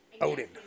Odin